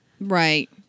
Right